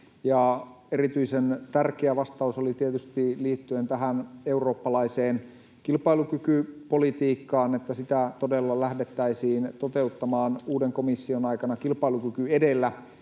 Erityisen tärkeä vastaus oli tietysti liittyen tähän eurooppalaiseen kilpailukykypolitiikkaan, että sitä todella lähdettäisiin toteuttamaan uuden komission aikana kilpailukyky edellä